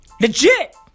Legit